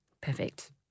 perfect